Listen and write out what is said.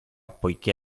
poichè